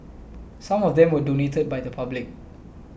some of them were donated by the public